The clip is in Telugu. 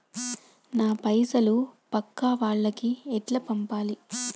నా పైసలు పక్కా వాళ్లకి ఎట్లా పంపాలి?